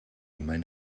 mein